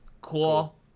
cool